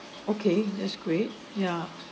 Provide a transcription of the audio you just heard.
okay that's great yeah